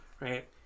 Right